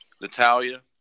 Natalia